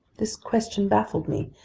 this question baffled me,